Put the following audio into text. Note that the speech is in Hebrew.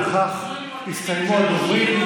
ובכך יסתיימו הדוברים.